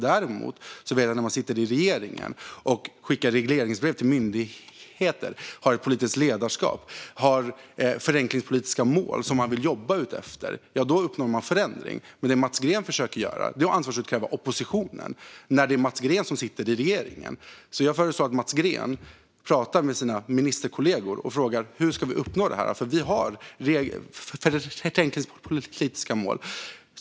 Däremot om man sitter i regeringen och skickar regleringsbrev till myndigheter, har ett politiskt ledarskap och har förenklingspolitiska mål som man vill jobba efter uppnår man förändring. Det som Mats Green försöker göra är att kräva ansvar från oppositionen när det är Mats Greens parti som sitter i regeringen. Jag föreslår därför att Mats Green pratar med sina ministrar och frågar hur detta ska uppnås. Vi har förenklingspolitiska mål.